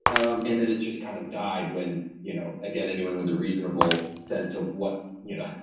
um and then it just kind of died when, you know, again, anyone with a reasonable sense of what, you know,